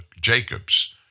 Jacobs